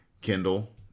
Kindle